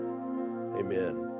amen